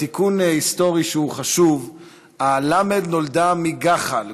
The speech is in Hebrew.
תיקון היסטורי שהוא חשוב: הלמ"ד נולדה מגח"ל,